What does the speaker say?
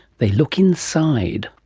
they look inside.